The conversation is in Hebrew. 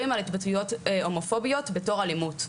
על התבטאויות הומופוביות בתור אלימות,